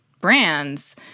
brands